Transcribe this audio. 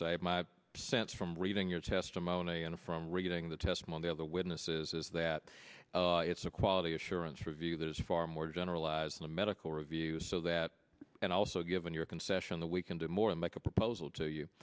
say my sense from reading your testimony and from reading the testimony of the witnesses is that it's a quality assurance review there's far more generalized in the medical review so that and also given your concession that we can do more and like a proposal to you